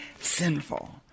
sinful